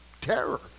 terror